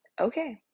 Okay